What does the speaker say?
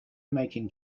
making